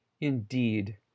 Indeed